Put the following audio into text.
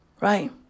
Right